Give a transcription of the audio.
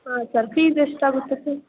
ಹಾಂ sir fees ಎಷ್ಟಾಗುತ್ತೆ sir